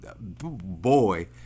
Boy